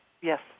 yes